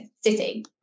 city